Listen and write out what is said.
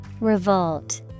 Revolt